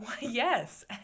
yes